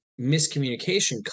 miscommunication